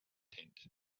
tent